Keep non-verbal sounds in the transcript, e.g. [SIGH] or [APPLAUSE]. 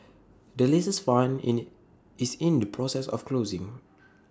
the latest fund in [UNINTELLIGIBLE] is in the process of closing [NOISE]